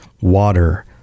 water